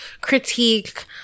critique